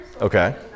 Okay